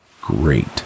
Great